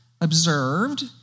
observed